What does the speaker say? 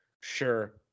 sure